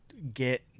get